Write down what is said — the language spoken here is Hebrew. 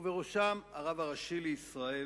ובראשם הרב הראשי לישראל